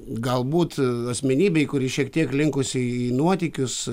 galbūt asmenybei kuri šiek tiek linkusi į nuotykius